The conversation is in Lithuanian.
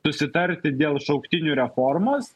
susitarti dėl šauktinių reformos